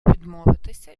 відмовитися